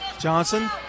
Johnson